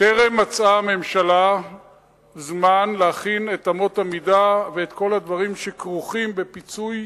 טרם מצאה הממשלה זמן להכין את אמות המידה ואת כל הדברים שכרוכים בפיצוי